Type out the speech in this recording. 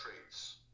traits